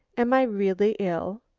am i really ill?